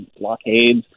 blockades